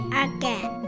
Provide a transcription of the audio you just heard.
again